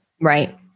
Right